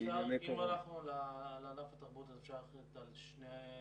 זימנו את הדיון הזה לפני ההודעה האחרונה של שר